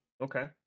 Okay